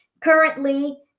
Currently